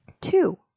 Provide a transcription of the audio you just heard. Two